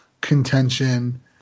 contention